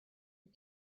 you